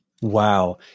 Wow